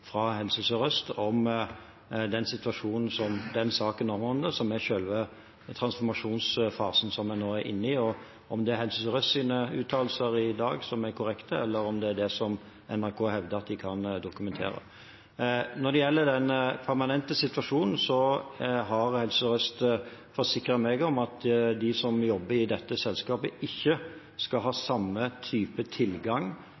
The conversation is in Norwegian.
fra Helse Sør-Øst om den situasjonen som denne saken omhandler, som er selve transformasjonsfasen som vi nå er inne i – om det er Helse Sør-Østs uttalelser i dag som er korrekte, eller om det er det som NRK hevder at de kan dokumentere. Når det gjelder den permanente situasjonen, har Helse Sør-Øst forsikret meg om at de som jobber i dette selskapet, ikke skal ha